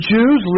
Jews